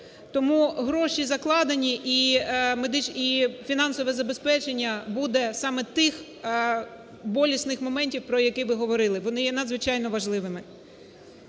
Тому гроші закладені, і фінансове забезпечення буде саме тих болісних моментів, про які ви говорили, вони є надзвичайно важливими.